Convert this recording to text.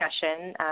discussion